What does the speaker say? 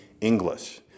English